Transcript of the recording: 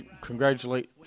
congratulate